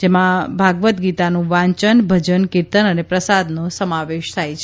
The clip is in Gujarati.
જેમાં ભાગવત ગીતાનું વાચન ભજન કિર્તન અને પ્રસાદના સમાવેશ થાય છે